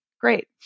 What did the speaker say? Great